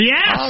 Yes